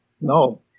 no